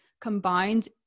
combined